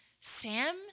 Sam